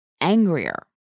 angrier